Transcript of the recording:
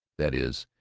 that is,